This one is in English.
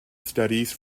studies